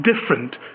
different